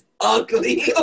ugly